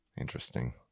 Interesting